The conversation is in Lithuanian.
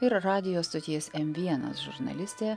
ir radijo stoties m vienas žurnalistė